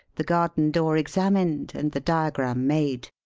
the garden door examined and the diagram made,